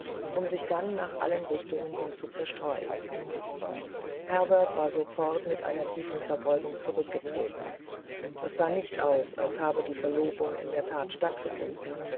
um sich dann nach allen richtungen hin zu zerstreuen herbert war sofort mit einer tiefen verbeugung zurückgetreten das sah nicht aus als habe die verlobung in der that stattgefunden